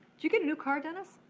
you get a new car, dennis?